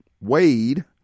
Wade